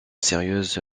sérieuse